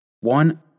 One